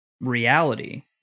reality